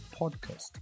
Podcast